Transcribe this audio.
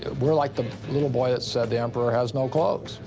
ah we're like the little boy that said the emperor has no clothes.